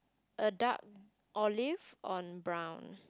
a dark olive on brown